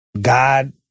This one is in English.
God